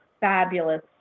fabulous